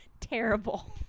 Terrible